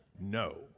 No